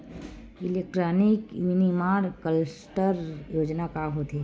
Electronic विनीर्माण cluster योजना का होथे?